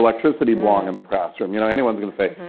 electricity belong in the classroom? you know anyone's going to say,